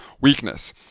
weakness